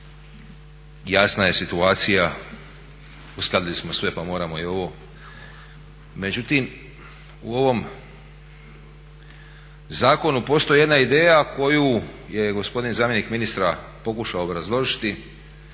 jasna je situacija, uskladili smo sve pa moramo i ovo. Međutim, u ovom zakonu postoji jedna ideja koju je gospodin zamjenik ministra pokušao obrazložiti,